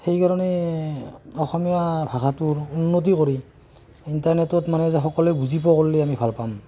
সেইকাৰণে অসমীয়া ভাষাটোৰ উন্নতি কৰি ইণ্টাৰনেটত মানে যে সকলোৱে বুজি পোৱা কৰিলে আমি ভাল পাম